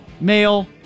male